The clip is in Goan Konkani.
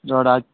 रोडाचें